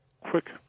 quick